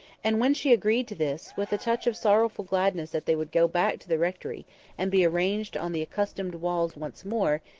and when she agreed to this, with a touch of sorrowful gladness that they would go back to the rectory and be arranged on the accustomed walls once more,